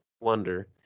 wonder